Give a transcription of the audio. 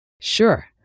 Sure